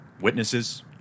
Witnesses